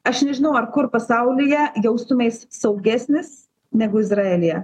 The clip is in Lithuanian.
aš nežinau ar kur pasaulyje jaustumeis saugesnis negu izraelyje